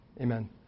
amen